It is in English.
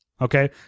Okay